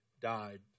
died